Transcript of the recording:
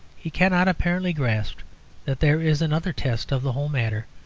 he cannot apparently grasp that there is another test of the whole matter,